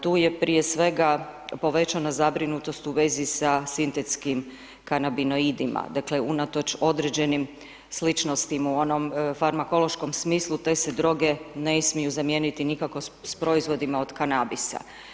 Tu je, prije svega povećana zabrinutost u vezi sa sintetskim kanabinoidima, dakle, unatoč određenim sličnostima u onom farmakološkom smislu, te se droge ne smiju zamijeniti nikako s proizvodima od kanabisa.